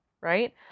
Right